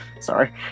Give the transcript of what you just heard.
Sorry